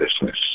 business